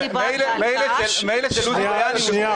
אלעזר, אתה דיברת על כך --- רק שנייה.